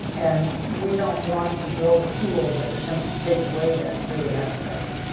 and we don't want to build a tool that attempts to take away that creative aspect.